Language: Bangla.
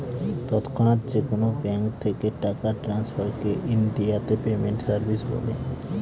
তৎক্ষণাৎ যেকোনো ব্যাঙ্ক থেকে টাকা ট্রান্সফারকে ইনডিয়াতে পেমেন্ট সার্ভিস বলে